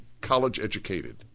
college-educated